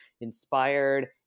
inspired